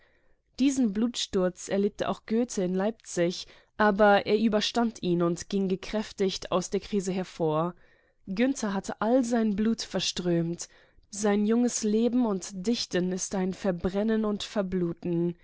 diesen blutsturz erlebte auch goethe in leipzig aber er überstand ihn und ging gekräftigt aus der krise hervor günther hatte sein blut verströmt sein junges leben und dichten ist ein verbrennen und verbluten